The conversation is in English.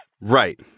Right